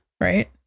Right